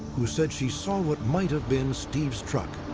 who said she saw what might have been steve's truck?